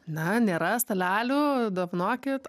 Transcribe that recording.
na nėra stalelių dovanokit